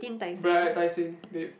we are at Tai-Seng babe